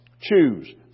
Choose